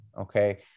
okay